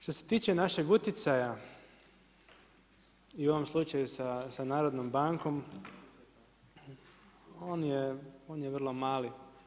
Što se tiče našeg utjecaja i u ovom slučaju sa Narodnom bankom on je vrlo mali.